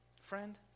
Friend